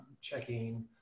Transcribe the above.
checking